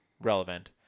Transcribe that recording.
relevant